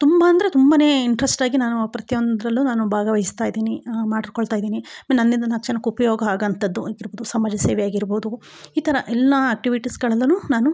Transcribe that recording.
ತುಂಬಾ ಅಂದರೆ ತುಂಬಾ ಇಂಟ್ರೆಸ್ಟ್ ಆಗಿ ನಾನು ಪ್ರತಿಯೊಂದರಲ್ಲೂ ನಾನು ಭಾಗವಹಿಸ್ತಾ ಇದೀನಿ ಮಾಡ್ಕೊಳ್ತಾ ಇದ್ದೀನಿ ನನ್ನಿಂದ ನಾಲ್ಕು ಜನಕ್ಕೆ ಉಪಯೋಗ ಆಗ ಅಂಥದ್ದು ಇರ್ಬೋದು ಸಮಾಜ ಸೇವೆ ಆಗಿರ್ಬೋದು ಈ ಥರ ಎಲ್ಲ ಆಕ್ಟಿವಿಟೀಸ್ಗಳಲ್ಲೂನು ನಾನು